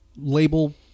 label